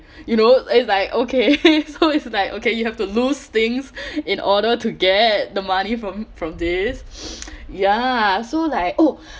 you know is like okay so it's like okay you have to lose things in order to get the money from from this ya so like oh